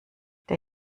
der